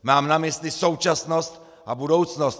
Mám na mysli současnost a budoucnost!